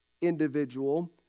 individual